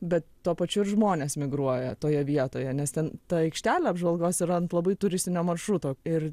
bet tuo pačiu ir žmonės migruoja toje vietoje nes ten ta aikštelė apžvalgos yra ant labai turistinio maršruto ir